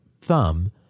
thumb